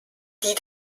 die